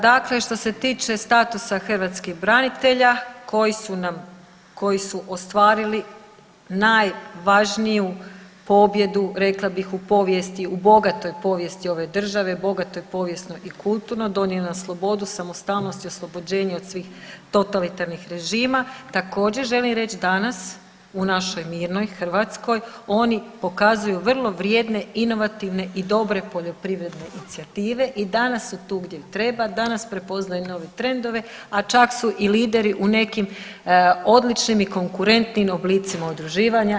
Dakle, što se tiče statusa hrvatskih branitelja koji su ostvarili najvažniju pobjedu rekla bih u povijesti u bogatoj povijesti ove države, bogatoj povijesno i kulturno donio na slobodu samostalnost i oslobođenje od svih totalitarnih režima, također želim reći danas u našoj mirnoj Hrvatskoj oni pokazuju vrlo vrijedne inovativne i dobre poljoprivredne inicijative i danas su tu gdje treba, danas prepoznaju nove trendove, a čak su i lideri u nekim odličnim i konkurentnim oblicima udruživanja.